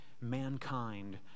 mankind